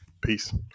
Peace